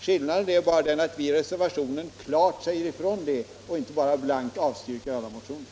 Skillnaden är bara den att vi i reservationen klart säger ifrån det och inte bara vill blankt avstyrka alla motioner.